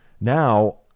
now